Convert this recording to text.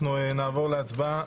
אנחנו נעבור להצבעה.